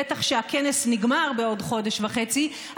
בטח כשהכנס נגמר בעוד חודש וחצי,